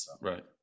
Right